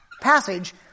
passage